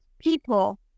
people